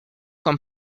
con